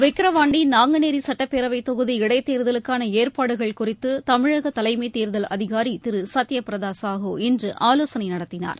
விக்ரவாண்டி நாங்குநேரி சட்டப்பேரவை தொகுதி இடைத்தேர்தலுக்காள ஏற்பாடுகள் குறித்து தமிழக தலைமை தேர்தல் அதிகாரி திரு சத்ய பிரதா சாஹூ இன்று ஆலோசனை நடத்தினார்